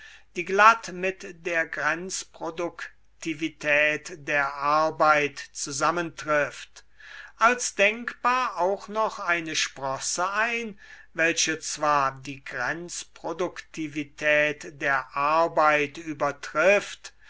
die glatt mit der grenzproduktivität der arbeit zusammentriff als denkbar auch noch eine sprosse ein welche zwar die grenzproduktivität der arbeit übertrifft